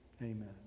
Amen